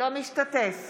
אינו משתתף